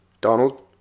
Donald